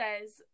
says